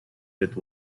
with